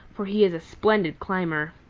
for he is a splendid climber.